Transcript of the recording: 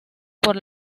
por